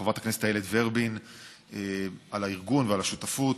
חברת הכנסת איילת ורבין על הארגון ועל השותפות,